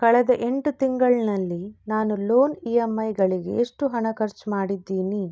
ಕಳೆದ ಎಂಟು ತಿಂಗಳಿನಲ್ಲಿ ನಾನು ಲೋನ್ ಇ ಎಮ್ ಐಗಳಿಗೆ ಎಷ್ಟು ಹಣ ಖರ್ಚು ಮಾಡಿದ್ದೀನಿ